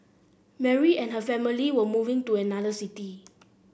Mary and her family were moving to another city